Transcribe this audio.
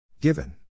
Given